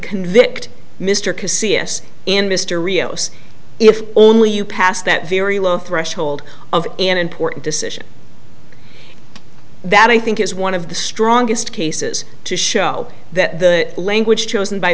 convict mr coe c s and mr rios if only you passed that very low threshold of an important decision that i think is one of the strongest cases to show that the language chosen by